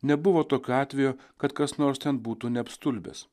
nebuvo tokio atvejo kad kas nors ten būtų neapstulbęs